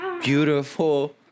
beautiful